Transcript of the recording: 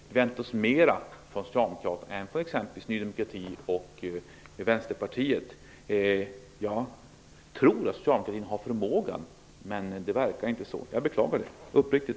Vi väntar oss därför mer av Socialdemokraterna än av exempelvis Ny demokrati och Vänsterpartiet. Jag tror att Socialdemokraterna har förmågan -- även om det inte verkar vara så. Det beklagar jag helt uppriktigt.